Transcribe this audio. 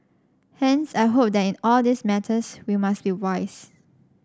hence I hope that in all these matters we must be wise